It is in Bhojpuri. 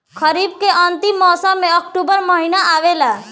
खरीफ़ के अंतिम मौसम में अक्टूबर महीना आवेला?